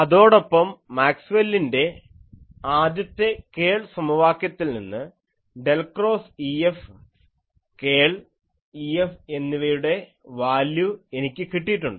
അതോടൊപ്പം മാക്സ്വെല്ലിൻ്റെ ആദ്യത്തെ കേൾ സമവാക്യത്തിൽ നിന്ന് ഡെൽ ക്രോസ് EF കേൾ EFഎന്നിവയുടെ വാല്യൂ എനിക്ക് കിട്ടിയിട്ടുണ്ട്